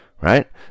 right